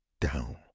down